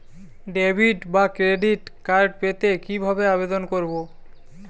Debit বা credit card পেতে কি ভাবে আবেদন করব?